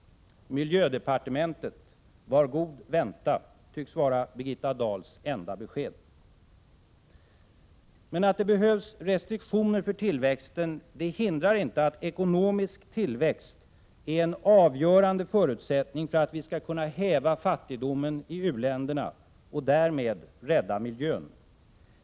”Miljödepartementet, var god vänta”, tycks vara Birgitta Dahls enda besked. Men att det behövs restriktioner för tillväxten hindrar inte att ekonomisk tillväxt är en avgörande förutsättning för att vi skall kunna häva fattigdomen i u-länderna och därmed rädda miljön.